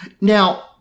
now